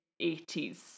80s